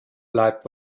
bleibt